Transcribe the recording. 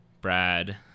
Brad